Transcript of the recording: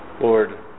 Lord